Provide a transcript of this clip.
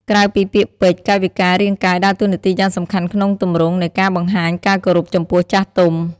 ក្រៅពីពាក្យពេចន៍ កាយវិការរាងកាយដើរតួនាទីយ៉ាងសំខាន់ក្នុងទម្រង់នៃការបង្ហាញការគោរពចំពោះចាស់ទុំ។